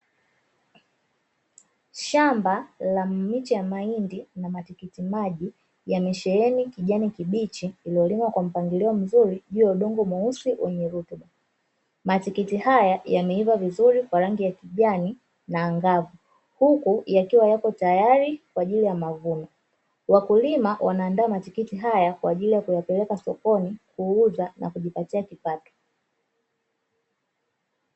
Shamba la miche ya mahindi na matikiti maji yamesheheni kijani kibichi iliyolimwa kwa mpangilio mzuri juu ya udongo mweusi wenye rutuba. Matikiti haya yameiva vizuri kwa rangi ya kijani na angavu huku yakiwa yako tayari kwaajili ya mavuno. Wakulima wanaandaa matikiti haya kwaajili ya kuyapeleka sokoni kuuza na kujipatia kipato.